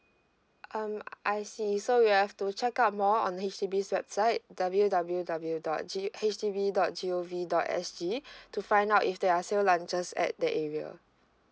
um I see so you have to check out more on the H_D_B's website W W W dot G H D B dot G O V dot S G to find out if there are sale lunches at the area